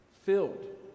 filled